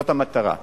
זאת המטרה.